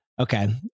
Okay